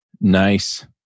Nice